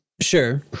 Sure